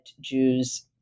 Jews